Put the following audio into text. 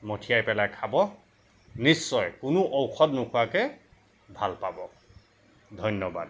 মথিয়াই পেলাই খাব নিশ্চয় কোনো ঔষধ নোখোৱাকৈ ভাল পাব ধন্যবাদ